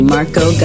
Marco